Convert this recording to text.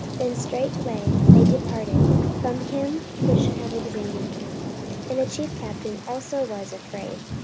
then straightway they departed from him which should have examined him and the chief captain also was afraid,